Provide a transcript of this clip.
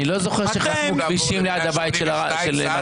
אני לא זוכר שחסמו כבישים ליד הבית של מתן.